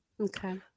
Okay